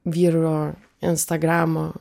vyro instagramo